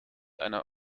einer